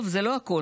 טוב, זה לא הכול.